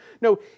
No